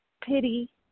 pity